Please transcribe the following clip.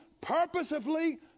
purposefully